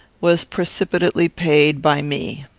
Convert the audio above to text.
was precipitately paid by me.